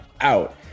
out